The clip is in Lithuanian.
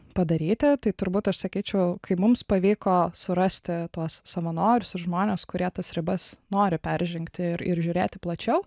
padaryti tai turbūt aš sakyčiau kai mums pavyko surasti tuos savanorius ir žmones kurie tas ribas nori peržengti ir ir žiūrėti plačiau